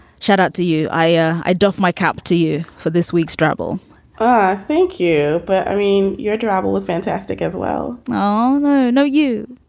shout out to you. i ah i doff my cap to you for this week's trouble ah thank you. but, irene, your travel was fantastic as well i no, you